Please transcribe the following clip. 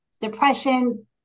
depression